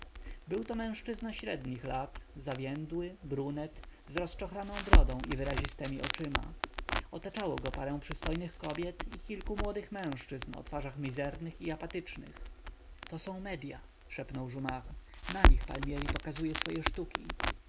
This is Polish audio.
magnetyzmie byłto mężczyzna średnich lat zawiędły brunet z rozczochraną brodą i wyrazistemi oczyma otaczało go parę przystojnych kobiet i kilku młodych mężczyzn o twarzach mizernych i apatycznych to są medya szepnął jumart na nich palmieri pokazuje swoje sztuki